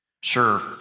Sure